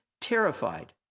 terrified